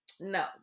no